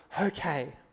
okay